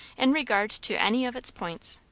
in regard to any of its points.